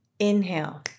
Inhale